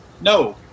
No